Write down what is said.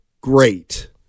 great